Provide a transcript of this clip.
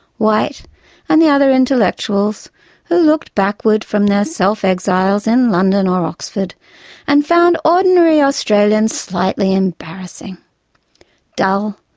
white and the other intellectuals who looked backward from their self-exiles in london or oxford and found ordinary australians slightly embarrassing dull,